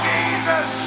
Jesus